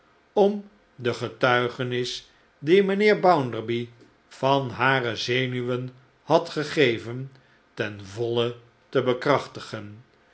om de getuigenis die mijnheer bounderby van hare zenuwen had gegeven ten voile te bekrachtigen